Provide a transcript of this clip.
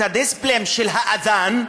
את הדציבלים של האד'אן,